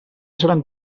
seran